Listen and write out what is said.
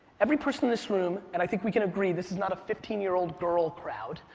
every person in this room, and i think we can agree, this is not a fifteen year old girl crowd,